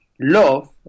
love